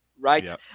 right